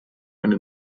eine